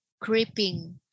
creeping